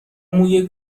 موی